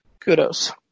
kudos